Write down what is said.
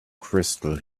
crystal